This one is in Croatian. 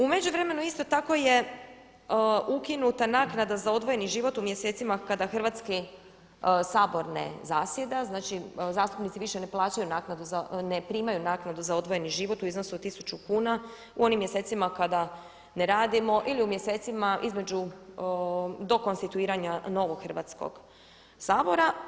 U međuvremenu isto tako je ukinuta naknada za odvojeni život u mjesecima kada Hrvatski sabor ne zasjeda, znači zastupnici više ne primaju naknadu za odvojeni život u iznosu od 1000 kuna u onim mjesecima kada ne radimo ili u mjesecima između, do konstituiranja novog Hrvatskog sabora.